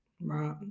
Right